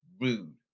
rude